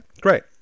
great